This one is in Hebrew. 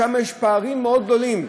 שם יש פערים מאוד גדולים.